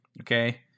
Okay